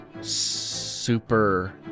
Super